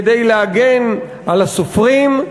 כדי להגן על הסופרים,